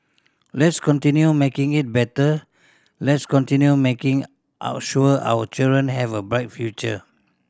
let's continue making it better let's continue making our sure our children have a bright future